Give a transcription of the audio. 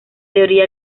teoría